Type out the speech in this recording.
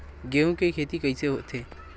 गेहूं के खेती कइसे होथे?